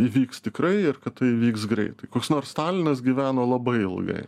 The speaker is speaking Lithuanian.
įvyks tikrai ir kad tai įvyks greitai koks nors stalinas gyveno labai ilgai